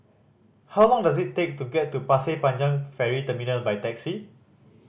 how long does it take to get to Pasir Panjang Ferry Terminal by taxi